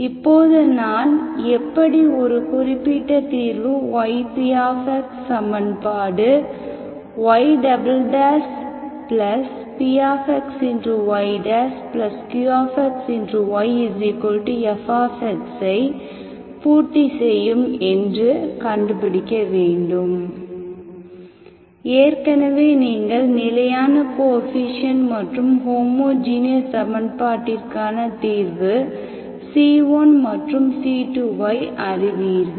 இப்போது நான் எப்படி ஒரு குறிப்பிட்ட தீர்வு ypx சமன்பாடு ypxyqxyfx ஐ பூர்த்தி செய்யும் என்று கண்டுபிடிக்க வேண்டும் ஏற்கனவே நீங்கள் நிலையான கோஎஃபீஷியேன்ட் மற்றும் ஹோமோஜீனியஸ் சமன்பாட்டிற்கான தீர்வு c1 மற்றும் c2 ஐ அறிவீர்கள்